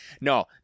No